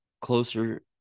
closer